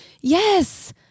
Yes